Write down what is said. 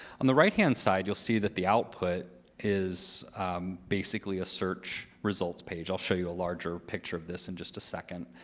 on the right hand side, you'll see that the output is basically a search results page. i'll show you a larger picture of this in just a second.